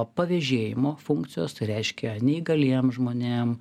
pavėžėjimo funkcijos tai reiškia neįgaliem žmonėm